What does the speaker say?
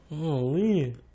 Holy